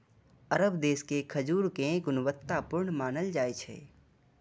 अरब देश के खजूर कें गुणवत्ता पूर्ण मानल जाइ छै